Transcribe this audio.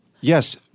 Yes